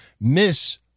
miss